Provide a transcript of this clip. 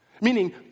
Meaning